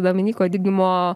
dominyko digimo